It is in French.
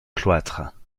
cloître